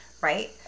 Right